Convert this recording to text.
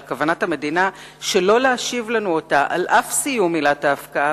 כוונת המדינה שלא להשיב לנו אותה על אף סיום ההפקעה,